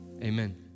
amen